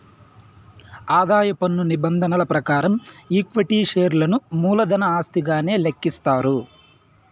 ఆదాయం పన్ను నిబంధనల ప్రకారం ఈక్విటీ షేర్లను మూలధన ఆస్తిగానే లెక్కిస్తారు